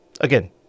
again